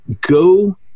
go